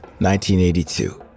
1982